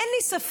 אין לי ספק